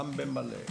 גם במלא,